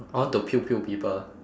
I want to people